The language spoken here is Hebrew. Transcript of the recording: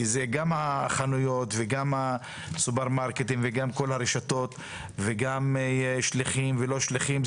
כי זה גם החנויות וגם הסופרמרקטים וגם כל הרשתות וגם שליחים ולא שליחים.